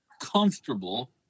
comfortable